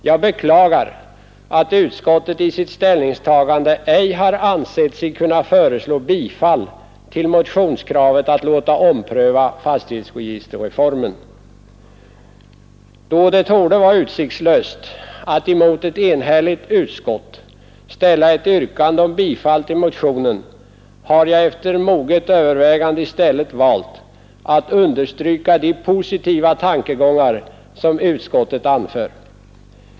Jag beklagar att utskottet i sitt ställningstagande ej har ansett sig kunna föreslå bifall till motionskravet att låta ompröva fastighetsregisterreformen. Då det torde vara utsiktslöst att emot ett enigt utskott ställa ett yrkande om bifall till motionen, har jag efter moget övervägande i stället valt att understryka de positiva tankegångar som utskottet anför.